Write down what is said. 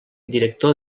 director